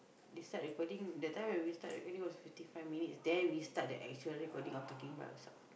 they start recording that time when we start recording was fifty five minutes then we start the actual recording of talking by ourselves